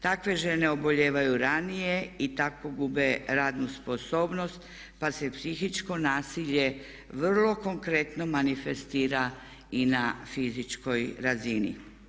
Takve žene obolijevaju ranije i tako gube radnu sposobnost pa se psihičko nasilje vrlo konkretno manifestira i na fizičkoj razini.